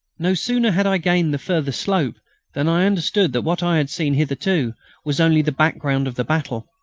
no sooner had i gained the further slope than i understood that what i had seen hitherto was only the background of the battle.